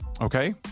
okay